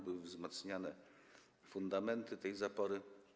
Były wzmacniane fundamenty tej zapory.